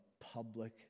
public